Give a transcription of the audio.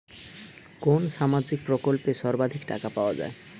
কোন সামাজিক প্রকল্পে সর্বাধিক টাকা পাওয়া য়ায়?